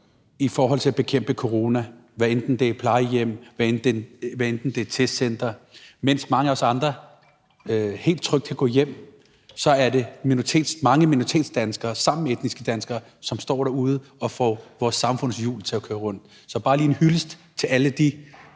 det gælder om at bekæmpe corona, hvad enten det er på plejehjem eller på testcentre. Mens mange af os andre helt trygt kan gå hjem, er det mange minoritetsdanskere sammen med etniske danskere, som står derude og får vores samfunds hjul til at køre rundt. Det er bare lige en hyldest til alle de